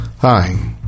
Hi